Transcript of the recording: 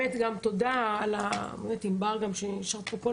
ותודה לחברת הכנסת ענבר בזק שנשארת פה כל